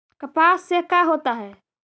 कपास से का होता है?